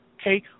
okay